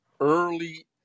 early